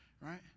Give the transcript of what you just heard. right